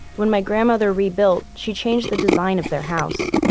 when my grandmother rebuilt she changed the design of their house.